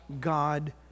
God